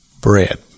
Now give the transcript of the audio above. bread